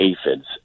aphids